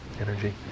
energy